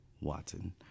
Watson